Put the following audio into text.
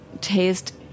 taste